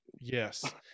yes